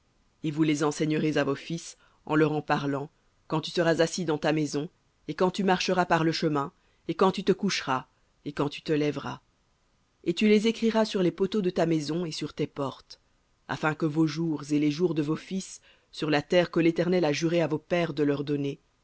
et vous les enseignerez à vos fils en leur en parlant quand tu seras assis dans ta maison et quand tu marcheras par le chemin et quand tu te coucheras et quand tu te lèveras et tu les écriras sur les poteaux de ta maison et sur tes portes afin que vos jours et les jours de vos fils sur la terre que l'éternel a juré à vos pères de leur donner